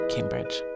Cambridge